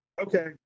okay